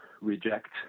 reject